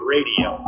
Radio